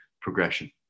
progression